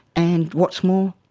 and what's more,